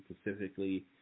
specifically